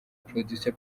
producer